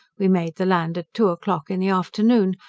we made the land at two o'clock in the afternoon,